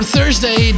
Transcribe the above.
Thursday